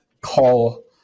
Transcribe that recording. call